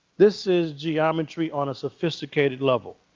this is geometry on a sophisticated level.